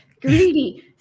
greedy